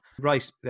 Right